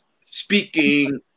speaking